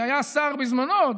שהיה שר בזמנו,